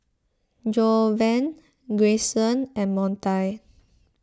Jovan Grayson and Montie